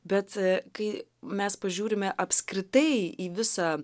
bet kai mes pažiūrime apskritai į visą